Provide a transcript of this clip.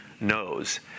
knows